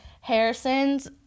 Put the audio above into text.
Harrison's